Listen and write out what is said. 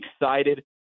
excited